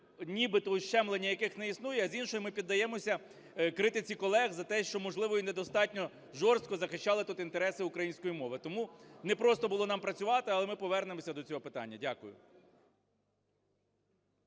нібито ущемлення, яких не існує, а з іншої – ми піддаємося критиці колег за те, що, можливо, і недостатньо жорстко захищали тут інтереси української мови. Тому непросто було нам працювати. Але ми повернемося до цього питання. Дякую.